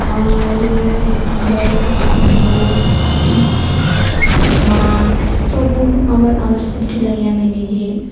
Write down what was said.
ଆରୁ gloves boot mask ସବୁ ଆମର୍ ଆମର୍ ସେଫ୍ଟିି ଲାଗି ଆମେ ନିଜେ